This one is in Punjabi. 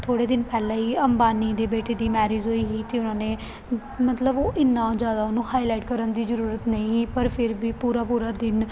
ਥੋੜ੍ਹੇ ਦਿਨ ਪਹਿਲਾਂ ਹੀ ਅੰਬਾਨੀ ਦੇ ਬੇਟੇ ਦੀ ਮੈਰਿਜ ਹੋਈ ਸੀ ਅਤੇ ਉਹਨਾਂ ਨੇ ਮਤਲਬ ਉਹ ਇੰਨਾ ਜ਼ਿਆਦਾ ਉਹਨੂੰ ਹਾਈਲਾਈਟ ਕਰਨ ਦੀ ਜ਼ਰੂਰਤ ਨਹੀਂ ਸੀ ਪਰ ਫਿਰ ਵੀ ਪੂਰਾ ਪੂਰਾ ਦਿਨ